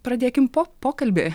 pradėkim po pokalbį